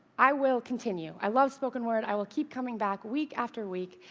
i will continue. i love spoken word. i will keep coming back week after week.